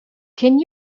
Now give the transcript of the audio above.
can